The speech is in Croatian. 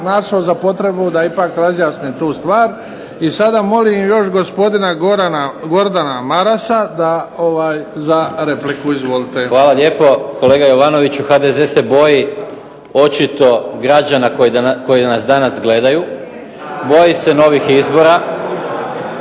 našao za potrebu da ipak razjasnim tu stvar. I sada molim još gospodina Gordana Marasa za repliku. Izvolite. **Maras, Gordan (SDP)** Hvala lijepo. Kolega Jovanoviću HDZ se boji očito građana koji nas danas gledaju. Boji se novih izbora,